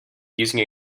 using